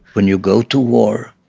when you go to war,